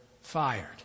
fired